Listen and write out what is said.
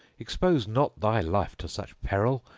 expose not thy life to such peril!